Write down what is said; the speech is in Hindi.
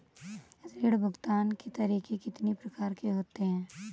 ऋण भुगतान के तरीके कितनी प्रकार के होते हैं?